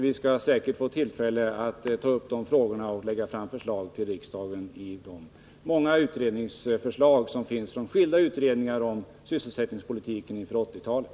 Vi skall säkert få tillfälle att lägga fram propositioner för riksdagen med anledning av de många förslag som finns från skilda utredningar om sysselsättningen inför 1980-talet.